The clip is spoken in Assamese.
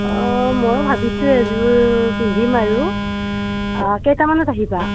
অঁ ময়ো ভাবিছোঁ এযোৰ পিন্ধিম আৰু কেইটামানত আহিবা